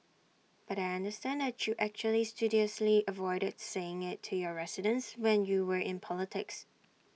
but I understand that you actually studiously avoided saying IT to your residents when you were in politics